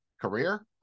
Career